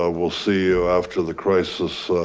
ah we'll see you after the crisis